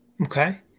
Okay